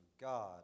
God